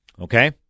Okay